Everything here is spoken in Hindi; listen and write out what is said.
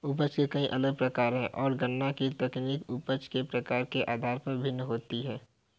उपज के कई अलग प्रकार है, और गणना की तकनीक उपज के प्रकार के आधार पर भिन्न होती है